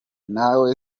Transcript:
nawe